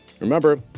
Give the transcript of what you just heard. Remember